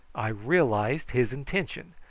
i realised his intention,